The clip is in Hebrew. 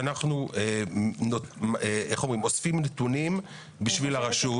שאנחנו אוספים נתונים בשביל הרשות.